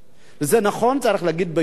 זה נכון, צריך להגיד ביושר,